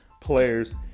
players